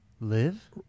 live